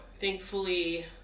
thankfully